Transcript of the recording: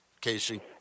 Casey